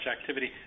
activity